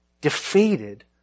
defeated